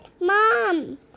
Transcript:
Mom